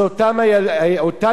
זה אותם ילידים,